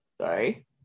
Sorry